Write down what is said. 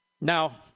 Now